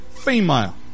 female